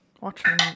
Watching